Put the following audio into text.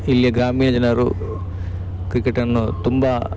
ಇಲ್ಲಿಯ ಗ್ರಾಮೀಣ ಜನರು ಕ್ರಿಕೆಟನ್ನು ತುಂಬ